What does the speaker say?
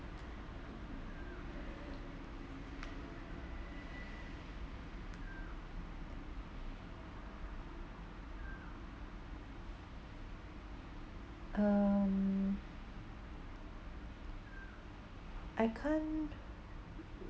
um I can't